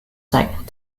sacked